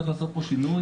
צריך לעשות פה שינוי.